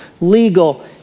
legal